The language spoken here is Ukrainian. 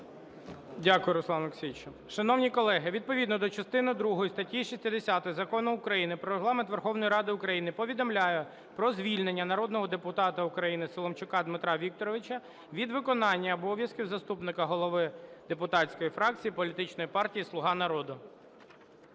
Дякую, Руслане Олексійовичу. Шановні колеги, відповідно до частини другої статті 60 Закону України "Про Регламент Верховної Ради України" повідомляю про звільнення народного депутата України Соломчука Дмитра Вікторовича від виконання обов'язків заступника голови депутатської фракції політичної партії "Слуга народу".